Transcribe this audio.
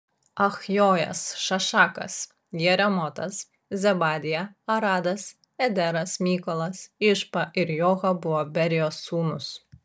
achjojas šašakas jeremotas zebadija aradas ederas mykolas išpa ir joha buvo berijos sūnūs